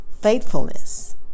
faithfulness